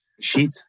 sheet